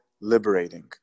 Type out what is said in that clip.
liberating